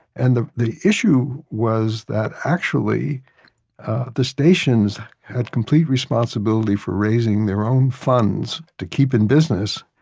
and the the issue was that actually the stations had complete responsibility for raising their own funds to keep in business.